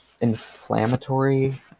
inflammatory